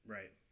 Right